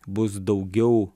bus daugiau